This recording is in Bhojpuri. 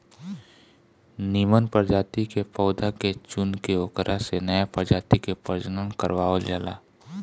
निमन प्रजाति के पौधा के चुनके ओकरा से नया प्रजाति के प्रजनन करवावल जाला